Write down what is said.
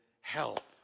help